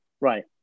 right